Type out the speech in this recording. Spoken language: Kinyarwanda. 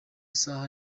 saha